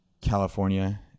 California